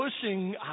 pushing